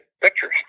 pictures